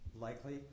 likely